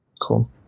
Cool